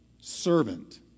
servant